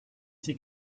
ses